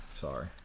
sorry